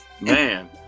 Man